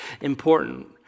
important